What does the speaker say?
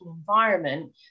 environment